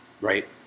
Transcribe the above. right